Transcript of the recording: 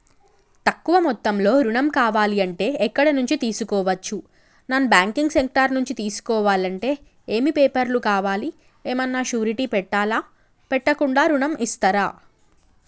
తక్కువ మొత్తంలో ఋణం కావాలి అంటే ఎక్కడి నుంచి తీసుకోవచ్చు? నాన్ బ్యాంకింగ్ సెక్టార్ నుంచి తీసుకోవాలంటే ఏమి పేపర్ లు కావాలి? ఏమన్నా షూరిటీ పెట్టాలా? పెట్టకుండా ఋణం ఇస్తరా?